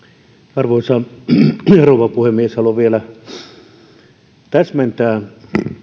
arvoisa rouva puhemies haluan vielä että ministeri täsmentää